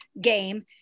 game